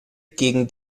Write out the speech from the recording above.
gegen